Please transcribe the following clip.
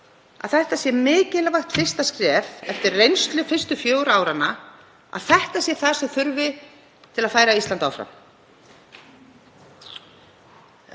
að þetta sé mikilvægt fyrsta skref eftir reynslu fyrstu fjögurra áranna, að þetta sé það sem þurfi til að færa Ísland áfram?